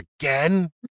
again